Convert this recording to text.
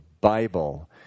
Bible